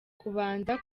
kubanza